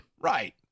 Right